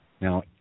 Now